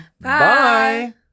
Bye